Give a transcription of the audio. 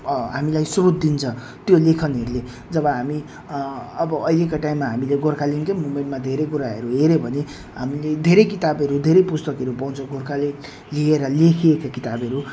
हामीलाई स्रोत दिन्छ त्यो लेखनहरूले जब हामी अब अहिलेका टाइममा हामीले गोर्खाल्यान्डकै मुभमेन्टमा धेरै कुराहरू हेऱ्यौँ भने हामीले धेरै किताबहरू धेरै पुस्तकहरू पाउँछ गोर्खाल्यान्ड लिएर लेखिएका किताबहरू